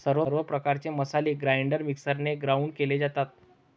सर्व प्रकारचे मसाले ग्राइंडर मिक्सरने ग्राउंड केले जातात